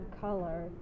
color